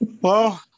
Hello